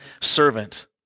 servant